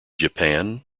japan